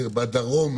זה בדרום.